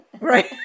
Right